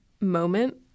moment